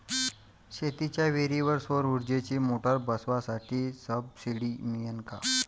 शेतीच्या विहीरीवर सौर ऊर्जेची मोटार बसवासाठी सबसीडी मिळन का?